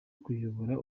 kuyobora